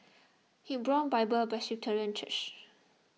Hebron Bible Presbyterian Church